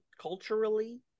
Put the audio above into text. culturally